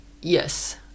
Yes